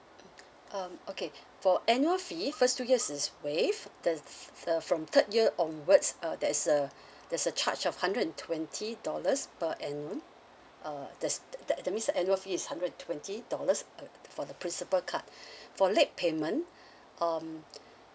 um okay for annual fee first two years is waived the thir~ thir~ from third year onwards uh there's uh there's a charge of hundred twenty dollars per annum uh that's that that means the annual fee is hundred twenty dollars uh for the principal card for late payment um